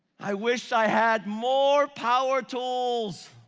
i wish i had more power tools.